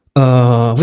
a